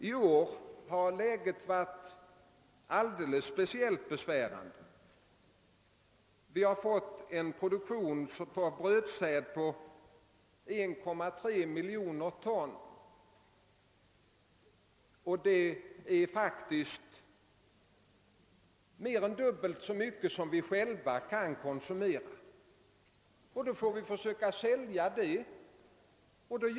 I år har läget varit alldeles speciellt besvärande. Produktionen av brödsäd uppgår till 1,3 miljon ton, och det är faktiskt mer än dubbelt så mycket som vi själva kan konsumera. Då får vi försöka sälja överskottet.